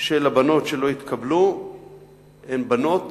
של הבנות שלא התקבלו הן בנות